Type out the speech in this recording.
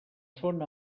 són